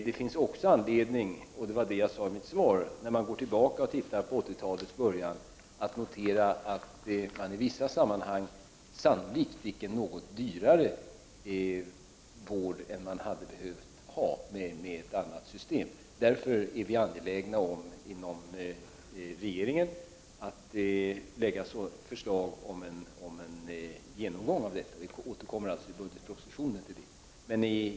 Det finns också anledning — vilket jag sade i mitt svar — när man går tillbaka och tittar på 1980-talets början att notera att man i vissa sammanhang sannolikt fick en något dyrare vård än man hade behövt ha med ett annat system. Inom regeringen är vi därför angelägna om att lägga fram förslag om en genomgång av detta. Vi återkommer således till detta i budgetpropositionen.